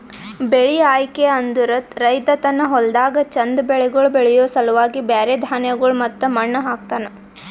ಬೆಳಿ ಆಯ್ಕೆ ಅಂದುರ್ ರೈತ ತನ್ನ ಹೊಲ್ದಾಗ್ ಚಂದ್ ಬೆಳಿಗೊಳ್ ಬೆಳಿಯೋ ಸಲುವಾಗಿ ಬ್ಯಾರೆ ಧಾನ್ಯಗೊಳ್ ಮತ್ತ ಮಣ್ಣ ಹಾಕ್ತನ್